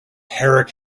herrick